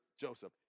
Joseph